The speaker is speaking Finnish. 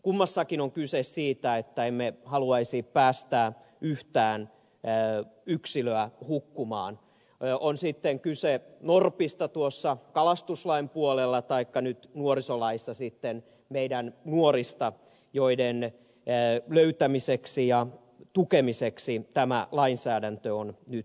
kummassakin on kyse siitä että emme haluaisi päästää yhtään yksilöä hukkumaan on sitten kyse norpista tuolla kalastuslain puolella taikka nyt nuorisolaissa sitten meidän nuoristamme joiden löytämiseksi ja tukemiseksi tämä lainsäädäntö on nyt tehty